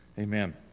Amen